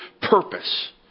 purpose